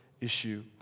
issue